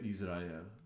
Israel